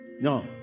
No